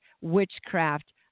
witchcraft